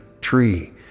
tree